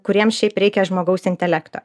kuriems šiaip reikia žmogaus intelekto